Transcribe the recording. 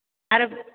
आरो